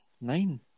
nine